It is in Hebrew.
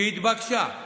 שהתבקשה,